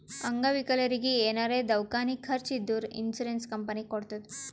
ಅಂಗವಿಕಲರಿಗಿ ಏನಾರೇ ದವ್ಕಾನಿ ಖರ್ಚ್ ಇದ್ದೂರ್ ಇನ್ಸೂರೆನ್ಸ್ ಕಂಪನಿ ಕೊಡ್ತುದ್